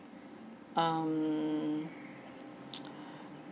um